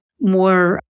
more